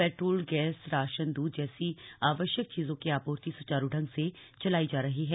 petrol gas ration दूध जैसी आवश्यक चीजों आपूर्ति सुचारू ढंग से चलाई जा रही है